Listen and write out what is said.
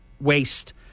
waste